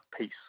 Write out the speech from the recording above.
Peace